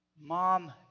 Mom